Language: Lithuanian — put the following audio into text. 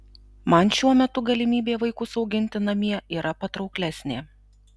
man šiuo metu galimybė vaikus auginti namie yra patrauklesnė